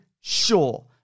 sure